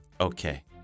Okay